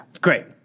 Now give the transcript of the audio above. Great